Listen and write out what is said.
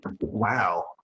Wow